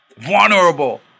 vulnerable